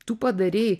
tu padarei